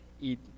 eat